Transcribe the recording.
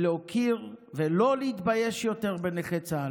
להוקיר ולא להתבייש יותר בנכי צה"ל,